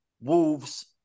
Wolves